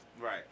Right